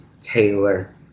Taylor